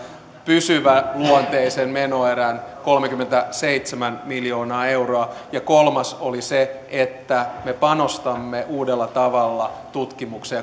pysyväluonteisen menoerän kolmekymmentäseitsemän miljoonaa euroa ja kolmas oli se että me panostamme uudella tavalla tutkimukseen